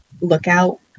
lookout